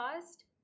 past